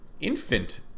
infant